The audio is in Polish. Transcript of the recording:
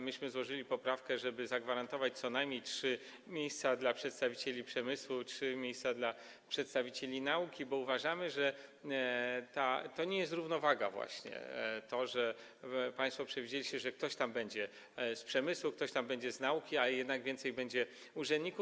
Myśmy złożyli poprawkę, żeby zagwarantować co najmniej trzy miejsca dla przedstawicieli przemysłu, trzy miejsca dla przedstawicieli nauki, bo uważamy, że to nie jest właśnie równowaga - to, że państwo przewidzieliście, że ktoś tam będzie z przemysłu, ktoś tam będzie z nauki, a jednak więcej będzie urzędników.